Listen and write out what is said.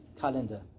calendar